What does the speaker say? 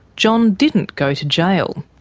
john didn't go to jail.